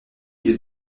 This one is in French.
des